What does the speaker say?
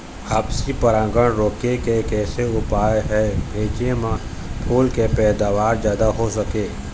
आपसी परागण रोके के कैसे उपाय हवे भेजे मा फूल के पैदावार जादा हों सके?